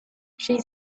she